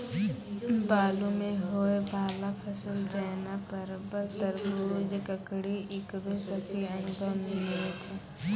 बालू मे होय वाला फसल जैना परबल, तरबूज, ककड़ी ईकरो सब के अनुभव नेय छै?